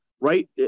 right